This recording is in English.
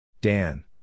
Dan